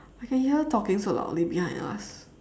I can hear her talking so loudly behind us